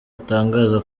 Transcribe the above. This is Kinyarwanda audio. atangaza